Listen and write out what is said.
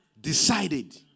decided